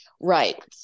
Right